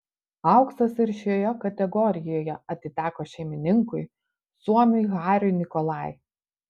auksas ir šioje kategorijoje atiteko šeimininkui suomiui hariui nikolai